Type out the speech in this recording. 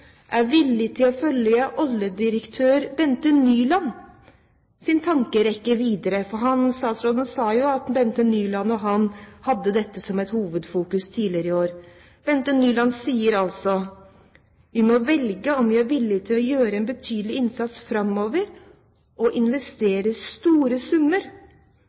sa jo at Bente Nyland og han hadde dette som et hovedfokus tidligere i år. Bente Nyland sier: «Vi må velge om vi er villige til å gjøre en betydelig innsats framover og investere store summer,